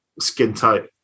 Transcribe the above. skin-tight